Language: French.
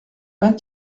vingt